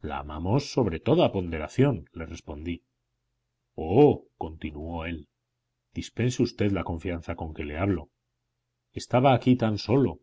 la amamos sobre toda ponderación le respondí oh continuó él dispense usted la confianza con que le hablo estaba aquí tan solo